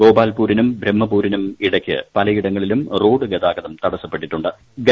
ഗോപാൽപൂരിനും ബ്രഹ്മാപൂരിനും ഇടയ്ക്ക് പലയിടങ്ങളിലും റോഡ് ഗതാഗതം തടസ്സപ്പെട്ടിരിക്കുകയാണ്